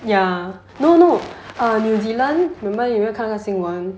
ya no no err new zealand remember 有没有看那个新闻